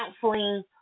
counseling